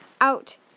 Out